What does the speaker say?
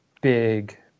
big